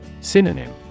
Synonym